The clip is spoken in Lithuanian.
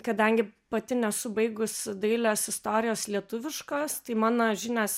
kadangi pati nesu baigus dailės istorijos lietuviškos tai mano žinios